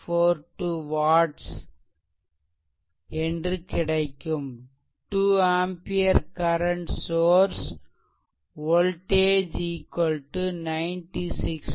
42 watts 2 ampere current source ல் voltage 967